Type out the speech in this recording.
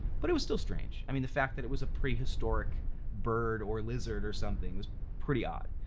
but it was still strange. i mean, the fact that it was a prehistoric bird or lizard or something was pretty odd.